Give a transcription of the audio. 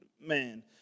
man